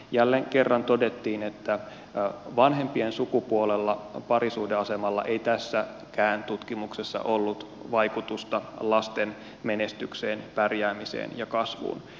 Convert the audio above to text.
jälleen kerran todettiin että vanhempien sukupuolella ja parisuhdeasemalla ei tässäkään tutkimuksessa ollut vaikutusta lasten menestykseen pärjäämiseen ja kasvuun